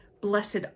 blessed